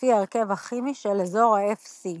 לפי ההרכב הכימי של אזור ה-Fc.